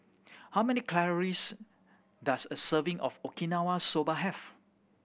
how many calories does a serving of Okinawa Soba have